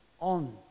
on